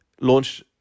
launched